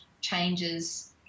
changes